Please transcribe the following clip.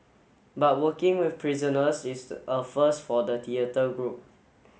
but working with prisoners is a first for the theatre group